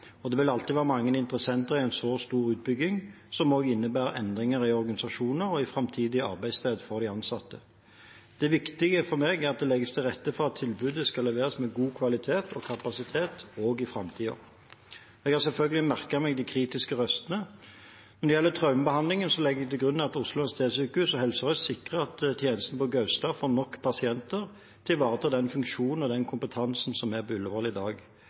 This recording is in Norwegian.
Det vil alltid være mange interessenter i en så stor utbygging, som også innebærer endringer i organisasjoner og i framtidig arbeidssted for de ansatte. Det viktige for meg er at det legges til rette for at tilbudet skal leveres med god kvalitet og kapasitet også i framtiden. Jeg har selvfølgelig merket meg de kritiske røstene. Når det gjelder traumebehandlingen, legger jeg til grunn at Oslo universitetssykehus og Helse Sør-Øst sikrer at tjenesten på Gaustad får nok pasienter til å ivareta den funksjonen og den kompetansen som er på Ullevål i dag.